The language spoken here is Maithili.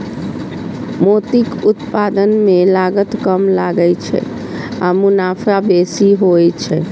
मोतीक उत्पादन मे लागत कम लागै छै आ मुनाफा बेसी होइ छै